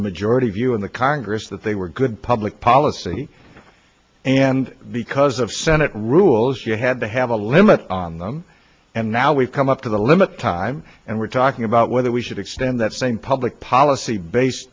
a majority view in the congress that they were good public policy and because of senate rules you had to have a limit on them and now we've come up to the limit time and talking about whether we should extend that same public policy base